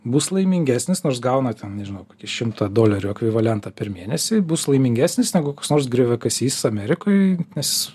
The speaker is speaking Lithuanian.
bus laimingesnis nors gauna ten nežinau kokį šimtą dolerių ekvivalentą per mėnesį bus laimingesnis negu koks nors grioviakasys amerikoj nes